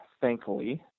thankfully